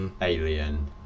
Alien